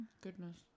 Goodness